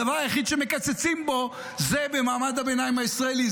הדבר היחיד שמקצצים בו הוא במעמד הביניים הישראלי,